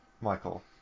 Michael